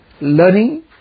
Learning